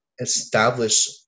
establish